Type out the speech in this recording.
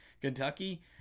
Kentucky